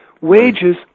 Wages